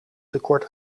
tekort